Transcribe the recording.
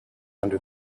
under